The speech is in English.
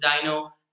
dino